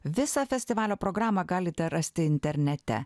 visą festivalio programą galite rasti internete